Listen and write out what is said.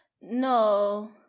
no